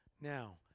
Now